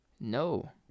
No